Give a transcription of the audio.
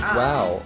wow